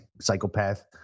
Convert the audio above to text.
psychopath